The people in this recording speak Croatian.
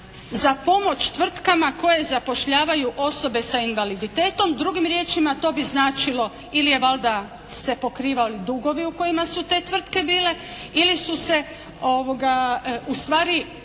za pomoć tvrtkama koje zapošljavaju osobe sa invaliditetom. Drugim riječima to bi značilo ili valjda se pokrivaju dugovi u kojima su te tvrtke bile ili su se u stvari dotirale